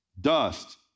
Dust